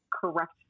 correct